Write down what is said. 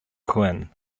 quinn